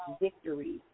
victory